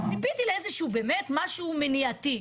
אז ציפיתי לאיזשהו באמת משהו מניעתי,